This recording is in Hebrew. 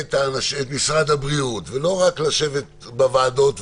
את משרד הבריאות לא רק לשבת בוועדות,